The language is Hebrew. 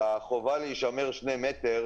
מדובר בעניין טכני של השיוך של הרב-קו,